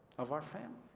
of our family.